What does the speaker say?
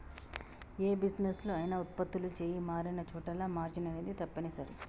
యే బిజినెస్ లో అయినా వుత్పత్తులు చెయ్యి మారినచోటల్లా మార్జిన్ అనేది తప్పనిసరి